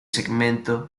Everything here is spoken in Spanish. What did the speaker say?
segmento